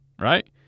right